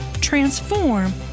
transform